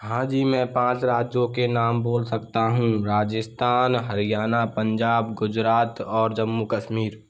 हाँ जी मैं पाँच राज्यों के नाम बोल सकता हूँ राजस्थान हरियाणा पंजाब गुजरात और जम्मू कश्मीर